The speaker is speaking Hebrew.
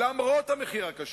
למרות המחיר הקשה,